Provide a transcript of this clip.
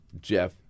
Jeff